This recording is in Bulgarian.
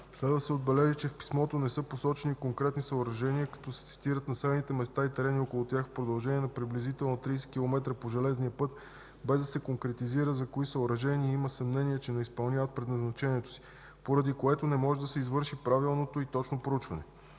Следва да се отбележи, че в писмото не са посочени конкретни съоръжения, като се цитират населените места и терени около тях в продължение на приблизително 30 километра по железния път, без да се конкретизира за кои съоръжения има съмнение, че не изпълняват предназначението си, поради което не може да се извърши правилното и точно проучване.